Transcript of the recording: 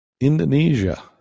Indonesia